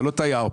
אתה לא תייר פה.